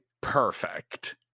perfect